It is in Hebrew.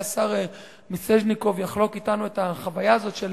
אולי השר מיסז'ניקוב יחלוק אתנו את החוויה הזאת של